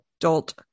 adult